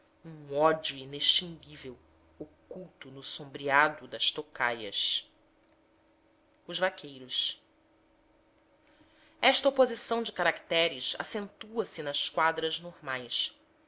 um ódio inextinguível oculto no sombreado das tocaias os vaqueiros esta oposição de caracteres acentua se nas quadras normais